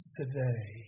today